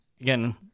Again